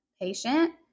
patient